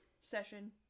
session